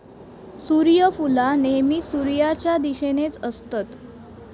सुर्यफुला नेहमी सुर्याच्या दिशेनेच असतत